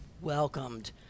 welcomed